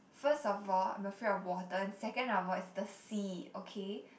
first of all I'm afraid of water and second of all it's the sea okay